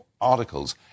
articles